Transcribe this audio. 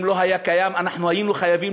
אם הוא לא היה קיים אנחנו היינו חייבים